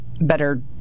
better